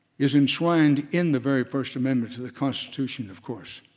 is enshrined in the very first amendment to the constitution of course.